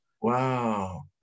Wow